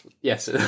yes